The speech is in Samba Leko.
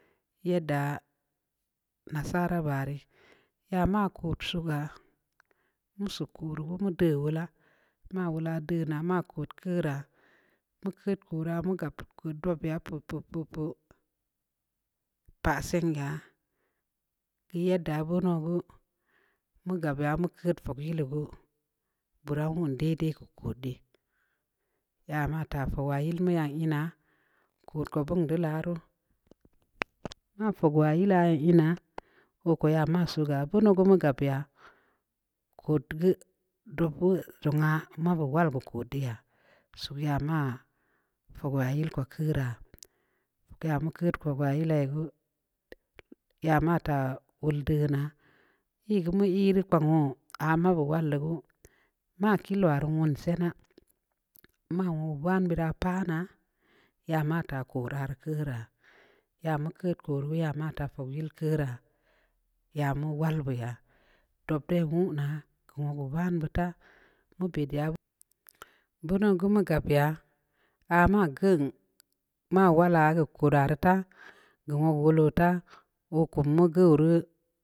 Yedda nassaraa bah rii, ya maa kod sugaa, mu sug koreu geu mu deu wolaa, maa wola deu naa ma kod keuraa, mu keud kora mu gab koraa dob ya pup-pup-pup! Pa seng ya, keu yedda beuno geu mu gab ya mu keud fogwa yil geu, beuraa wun daidai keu kod dii, ya ma taa fogwaa yill inaa, kod ko beun dii laaruu, maa fogwaa yial yan ina, oo ko ya man suga beuno geu mu gab ya, kod geu dob woya zong aah ma beu wall geu kod dii yaa, suk ya ma fogwaa yil ko keuraa, sug ya mu keud fogwaa yil wa geu, ya mataa wol deunaa, ii geumu ii rii kpankoo aah amu wal dii geu, ma kil wa rii wun senaa, ma wogu van beura paa naa, ya mataa kora rii keuraa, ya mu keud kori geu, ya maa taa kora rii keuraa, ya mu wal beu ya, dob dai wuna. keu wogu van beud taa, mu bed ya beuno geu mu gabya, aah man geun maa walaa ke kud deu taa, geu wogu wol oo taa, oo kum mu geuuw rii,